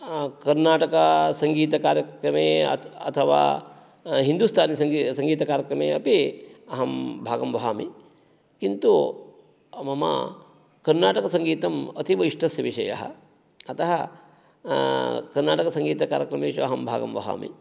कर्णाटकासङ्गीतकार्यक्रमे अथवा हिन्दुस्तानी सङ्गीतकार्यक्रमे अपि अहं भागं वहामि किन्तु मम कर्णाटकसङ्गीतम् अतीव इष्टस्य विषयः अतः कर्णाटकसङ्गीतकार्यक्रमेषु अहं भागं वहामि